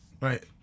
Right